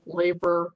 labor